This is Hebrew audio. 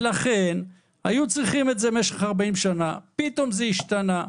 לכן היו צריכים את זה במשך 40 שנה ופתאום זה השתנה.